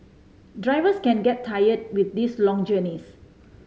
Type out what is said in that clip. drivers can get tired with these long journeys